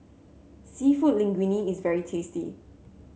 seafood Linguine is very tasty